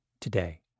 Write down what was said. today